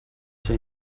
say